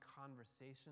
conversation